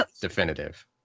definitive